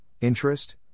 interest